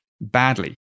badly